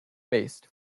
based